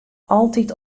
altyd